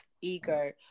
ego